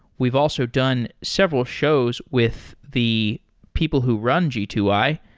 we've also done several shows with the people who run g two i,